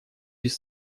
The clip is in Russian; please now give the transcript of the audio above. без